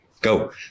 Go